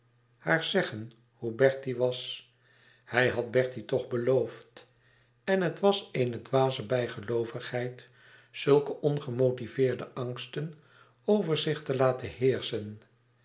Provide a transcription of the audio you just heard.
haar zeggen hoe bertie was hij had bertie toch beloofd en het was eene dwaze bijgeloovigheid zulke ongemotiveerde angsten over zich te laten heerschen